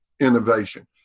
innovation